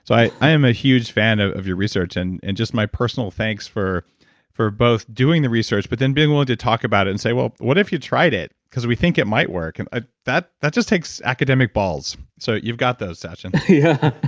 so i'm i'm a huge fan of of your research. and and just my personal thanks for for both doing the research, but then being willing to talk about it and say, well, what if you tried it? because we think it might work. and ah that that just takes academic balls. so you've got those, satchin yeah.